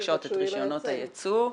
מבקשות את רישיונות הייצוא.